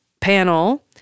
panel